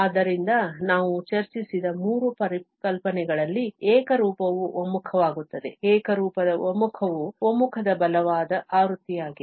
ಆದ್ದರಿಂದ ನಾವು ಚರ್ಚಿಸಿದ ಮೂರು ಪರಿಕಲ್ಪನೆಗಳಲ್ಲಿ ಏಕರೂಪವು ಒಮ್ಮುಖವಾಗುತ್ತದೆ ಏಕರೂಪದ ಒಮ್ಮುಖವು ಒಮ್ಮುಖದ ಬಲವಾದ ಆವೃತ್ತಿಯಾಗಿದೆ